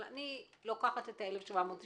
אבל אני לוקחת את המספר